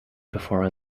before